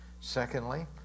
Secondly